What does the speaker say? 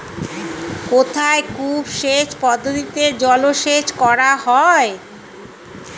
কোথায় কূপ সেচ পদ্ধতিতে জলসেচ করা হয়?